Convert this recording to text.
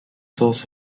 source